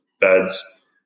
beds